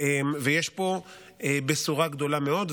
יש פה בשורה גדולה מאוד,